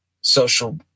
social